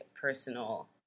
personal